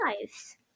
lives